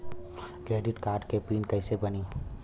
Credit card के PIN कैसे बनी?